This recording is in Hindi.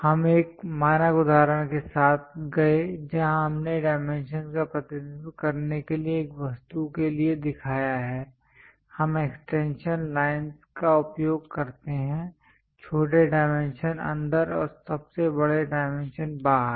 हम एक मानक उदाहरण के साथ गए जहां हमने डाइमेंशंस का प्रतिनिधित्व करने के लिए एक वस्तु के लिए दिखाया है हम एक्सटेंशन लाइंस का उपयोग करते हैं छोटे डायमेंशन अंदर और सबसे बड़े डायमेंशन बाहर